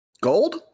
Gold